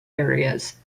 areas